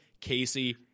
Casey